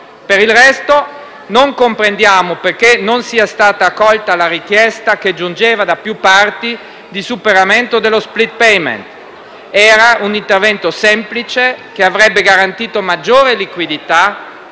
Per il resto, non comprendiamo perché non sia stata accolta la richiesta, che giungeva da più parti, di superamento dello *split payment*. Era un intervento semplice, che avrebbe garantito maggiore liquidità